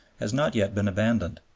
has not yet been abandoned.